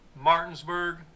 Martinsburg